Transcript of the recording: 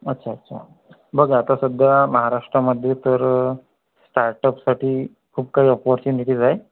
अच्छा अच्छा बघा आता सध्या महाराष्ट्रामध्ये तर स्टार्टअपसाठी खूप काही ऑपॉरच्युनिटीज आहे